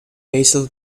basil